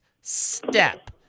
step